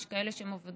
יש כאלה שמבודדות